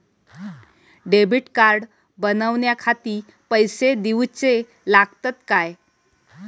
Debit card बनवण्याखाती पैसे दिऊचे लागतात काय?